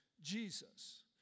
Jesus